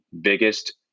biggest